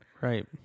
Right